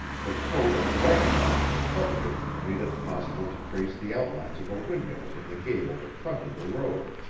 the coat of whitewash that covered it made it possible to trace the outlines of a window in the gable that fronted the road.